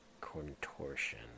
Contortion